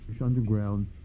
underground